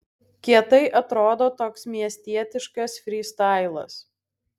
kietai atrodo toks miestietiškas frystailas